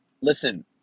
Listen